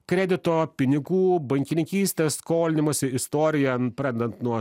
kredito pinigų bankininkystės skolinimosi istoriją pradedant nuo